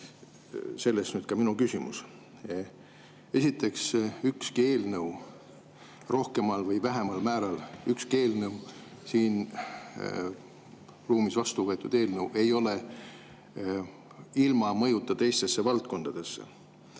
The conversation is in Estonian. Sellest ka minu küsimus. Esiteks, ükski eelnõu rohkemal või vähemal määral, ükski siin ruumis vastu võetud eelnõu ei ole ilma mõjuta teistesse valdkondadesse.